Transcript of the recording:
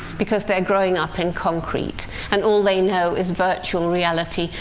because they're growing up in concrete and all they know is virtual reality,